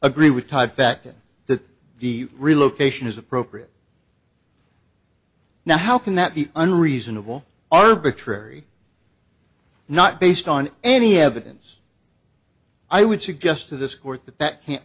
agree with ty fact that the relocation is appropriate now how can that be an reasonable arbitrary not based on any evidence i would suggest to this court that that can't